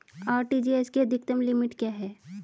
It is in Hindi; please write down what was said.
आर.टी.जी.एस की अधिकतम लिमिट क्या है?